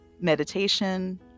meditation